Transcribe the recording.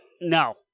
No